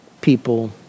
people